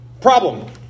Problem